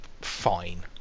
fine